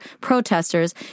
protesters